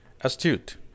Astute